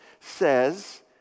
says